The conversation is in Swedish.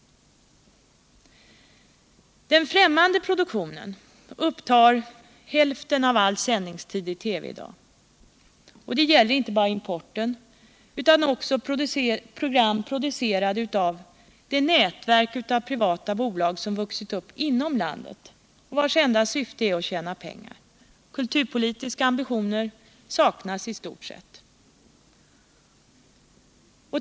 Den främmande produktionen upptar hälften av all sändningstid i TV i dag. Det gäller inte bara importen utan också program producerade av det nätverk av privata bolag som vuxit upp inom landet och vars enda syfte är att tjäna pengar. Kulturpolitiska ambitioner saknas där i stort sett.